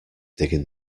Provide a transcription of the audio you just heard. digging